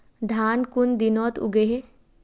धान कुन दिनोत उगैहे